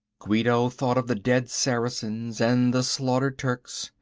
guido thought of the dead saracens and the slaughtered turks.